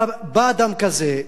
בא אדם כזה,